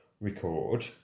record